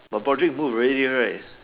but Broad rick road really write